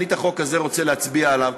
אני רוצה להצביע על החוק הזה.